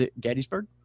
Gettysburg